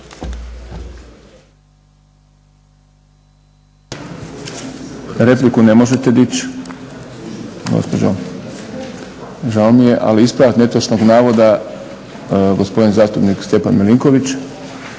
Repliku ne možete dići gospođo, žao mi je. Ali ispravak netočnog navoda, gospodin zastupnik Stjepan Milinković.